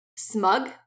Smug